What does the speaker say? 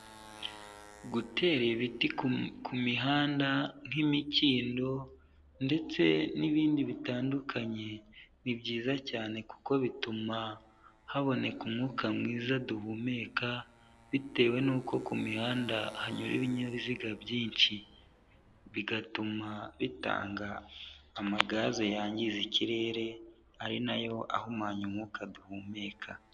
Gutera ibiti ku mihanda nk'imikindo, ndetse n'ibindi bitandukanye, ni byiza cyane kuko bituma haboneka umwuka mwiza duhumeka, bitewe n'uko ku mihanda hanyura ibinyabiziga byinshi, bigatuma bitanga amagaze yangiza ikirere ari nayo ahumanya umwuka duhumeka.